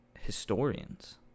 historians